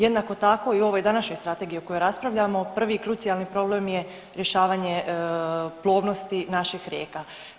Jednako tako i u ovoj današnjoj strategiji o kojoj raspravljamo prvi i krucijalni problem je rješavanje plovnosti naših rijeka.